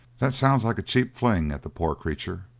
that sounds like a cheap fling at the poor creature,